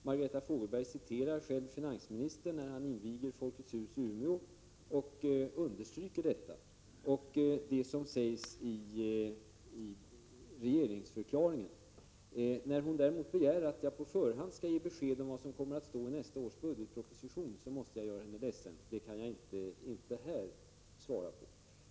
Margareta Fogelberg refererar själv vad finansministern sade när han invigde Folkets hus i Umeå och underströk detta, och hon nämner vad som sägs i regeringsförklaringen. När hon däremot begär att jag på förhand skall ge besked om vad som kommer att stå i nästa års budgetproposition måste jag göra henne ledsen — det kan jag inte svara på här.